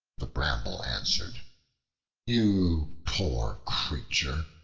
the bramble answered you poor creature,